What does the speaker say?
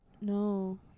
no